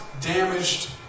damaged